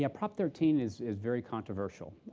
yeah prop. thirteen is is very controversial.